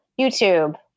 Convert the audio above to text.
YouTube